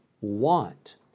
want